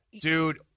Dude